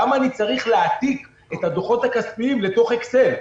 למה אני צריך להעתיק את הדוחות הכספיים לתוך אקסל?